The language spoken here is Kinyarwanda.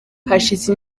hashize